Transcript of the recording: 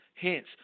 Hence